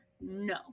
No